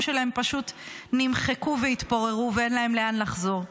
שלהם פשוט נמחקו והתפוררו ואין להם לאן לחזור,